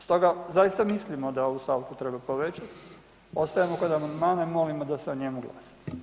Stoga zaista mislimo da ovu stavku treba povećati, ostajemo kod amandmana i molimo da se o njemu glasa.